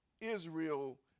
Israel